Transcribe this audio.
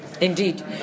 Indeed